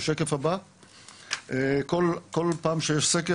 כל פעם שיש סקר,